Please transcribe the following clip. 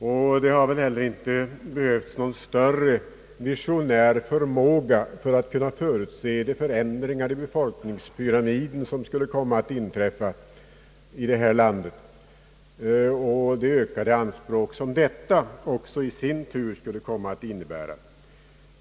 Det hade väl inte heller behövts någon större visionär förmåga för att förutse de förändringar i befolkningspyramiden som skulle komma att inträffa i det här landet och de ökade anspråk som detta i sin tur skulle komma att innebära.